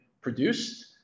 produced